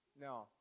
No